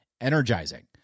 energizing